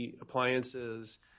Appliances